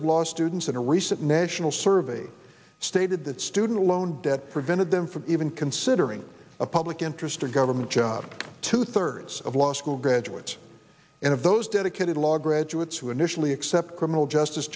of law students in a recent national survey stated that student loan debt prevented them from even considering a public interest or government job two thirds of law school graduates and if those dedicated law graduates who initially accept criminal justice